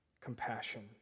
compassion